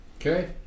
Okay